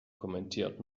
kommentiert